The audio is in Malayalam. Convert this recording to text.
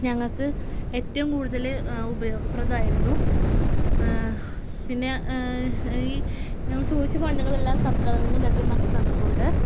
ഞങ്ങൾക്ക് ഏറ്റവും കൂടുതൽ ഉപയോഗപ്രദമായിരുന്നു പിന്നെ ഈ ഞങ്ങൾ ചോദിച്ച ഫണ്ടുകളെല്ലാം സർക്കാറിൽ നിന്ന് ലഭ്യമാക്കി തന്നിട്ടുണ്ട്